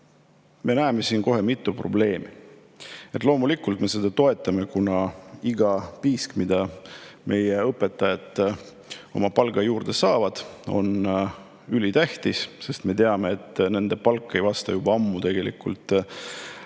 me näeme siin mitut probleemi. Loomulikult me seda toetame, kuna iga piisk, mille meie õpetajad oma palgale juurde saavad, on ülitähtis. Me teame, et nende palk ei vasta juba ammu õpetaja